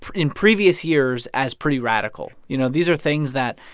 in previous years, as pretty radical. you know, these are things that,